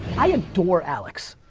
i adore alex,